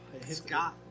Scott